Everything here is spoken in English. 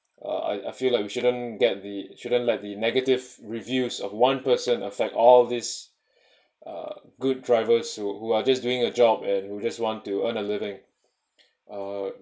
uh I I feel like you shouldn't get the shouldn't let the negative reviews of one person effect all of this uh good drivers who who are just doing a job and who just want to earn a living uh